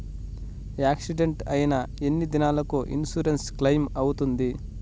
Accident అయిన ఎన్ని దినాలకు ఇన్సూరెన్సు క్లెయిమ్ అవుతుంది?